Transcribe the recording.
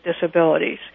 disabilities